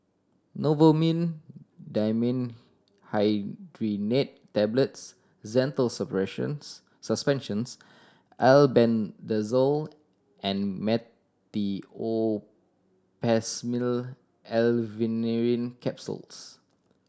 Novomin Dimenhydrinate Tablets Zental Suspensions Albendazole and Meteospasmyl Alverine Capsules